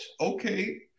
okay